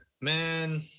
Man